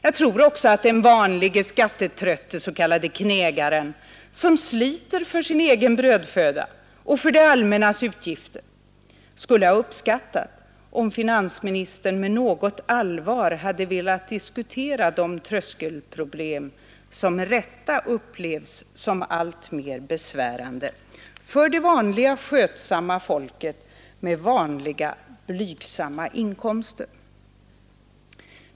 Jag tror också att den vanlige skattetrötte s.k. knegaren, som sliter för sin egen brödföda och för det allmännas utgifter, skulle ha uppskattat om finansministern med något allvar velat diskutera de tröskelproblem som med rätta upplevs som alltmer besvärande för det vanliga skötsamma folket med vanliga blygsamma inkomster.